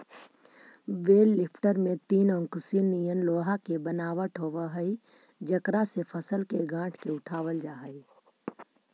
बेल lifter में तीन ओंकसी निअन लोहा के बनावट होवऽ हई जेकरा से फसल के गाँठ के उठावल जा हई